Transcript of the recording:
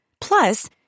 Plus